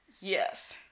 Yes